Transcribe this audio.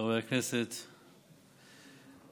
חבר הכנסת סעדי,